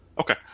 Okay